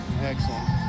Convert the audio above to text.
Excellent